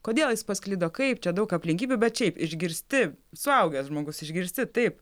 kodėl jis pasklido kaip čia daug aplinkybių bet šiaip išgirsti suaugęs žmogus išgirsti taip